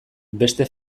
beste